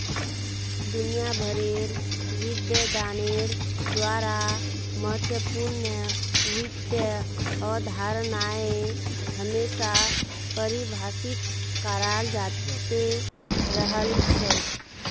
दुनिया भरेर विद्वानेर द्वारा महत्वपूर्ण वित्त अवधारणाएं हमेशा परिभाषित कराल जाते रहल छे